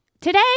Today